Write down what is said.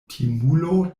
timulo